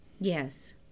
Yes